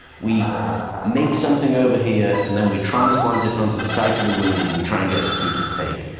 we make something over here, and then we transplant it onto the site of the wound, and we try and get the two to take.